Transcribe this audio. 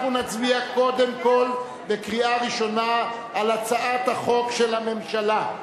אנחנו נצביע קודם כול בקריאה ראשונה על הצעת החוק של הממשלה,